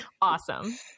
Awesome